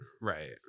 right